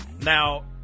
Now